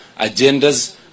agendas